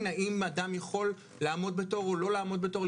האם אדם יכול לעמוד בתור או לא לעמוד בתור,